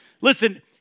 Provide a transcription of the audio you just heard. Listen